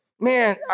man